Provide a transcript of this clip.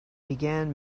began